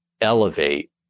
elevate